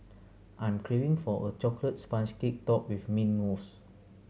I am craving for a chocolate sponge cake topped with mint mousse